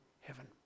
heaven